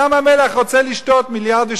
ים-המלח רוצה לשתות מיליארדים,